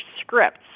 scripts